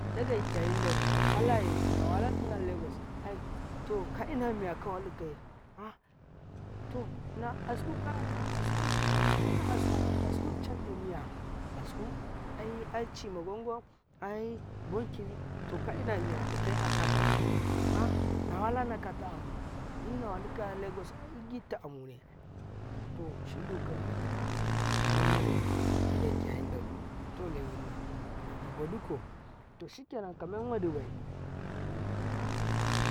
﻿dagai kiyayin daru nawa laye nawala tina legos to kaina miya kawa lukaye ah to na asku na ina asku mana asku can ta miya asku ai aiki magwan gwan ai bonkiyi kaina miyadikaye kata amu ah nawa lana akata amu nina waluka legos ai wanta amune toshindu kawa liti kau to kamen waɗibai dagai kiya yi daru to lewune naga dukau to shikenan kamen wadibai.